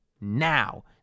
Now